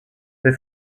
they